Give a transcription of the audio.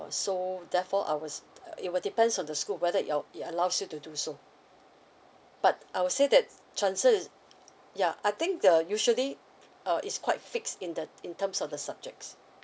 so therefore I was uh it will depends on the school whether yo~ it allows you to do so but I would say that chances is yeuh I think the usually uh is quite fixed in the in terms of the subjects